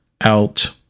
out